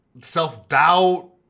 Self-doubt